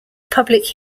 public